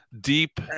deep